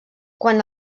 quan